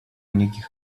никаких